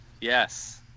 Yes